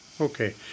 Okay